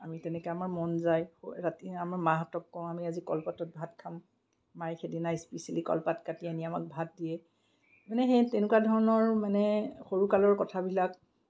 আমি তেনেকৈ মন যায় ৰাতি আমাৰ মাহঁতক কওঁ আমি আজি কলপাতত ভাত খাম মায়ে সেইদিযনা স্পেচিয়েলি কলপাত কাটি আনি আমাক ভাত দিয়ে মানে সেই তেনেকুৱা ধৰণৰ মানে সৰুকালৰ কথাবিলাক